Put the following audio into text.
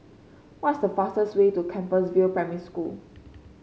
what's the fastest way to Compassvale Primary School